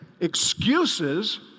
excuses